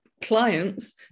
clients